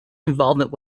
involvement